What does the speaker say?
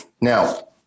now